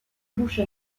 bouche